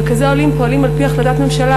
רכזי העולים פועלים על-פי החלטת ממשלה